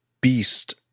beast